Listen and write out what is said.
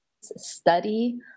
study